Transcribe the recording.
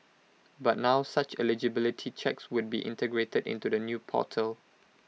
but now such eligibility checks would be integrated into the new portal